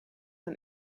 een